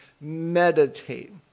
meditate